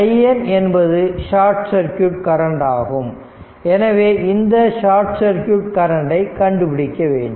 IN என்பது short circuit current ஆகும் எனவே இந்த ஷார்ட் சர்க்யூட் கரண்டை கண்டுபிடிக்க வேண்டும்